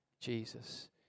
Jesus